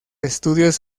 estudios